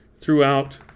throughout